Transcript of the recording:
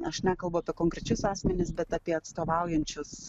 aš nekalbu apie konkrečius asmenis bet apie atstovaujančius